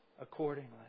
accordingly